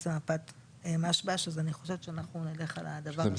למפת משב"ש אז אני חושבת שאנחנו נלך על הדבר הזה.